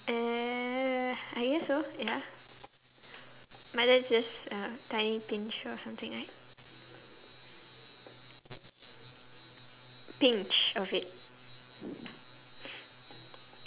err I guess so ya methods this tiny pinch or something right pinch of it